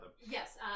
Yes